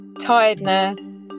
tiredness